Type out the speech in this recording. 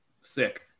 Sick